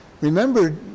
Remember